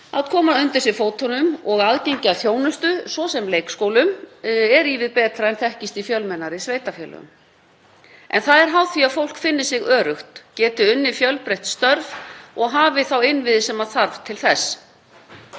að koma undir sig fótunum og aðgengi að þjónustu, svo sem leikskólum, er ívið betra en þekkist í fjölmennari sveitarfélögum. En það er háð því að fólk finni sig öruggt, geti unnið fjölbreytt störf og hafi þá innviði sem þarf til þess.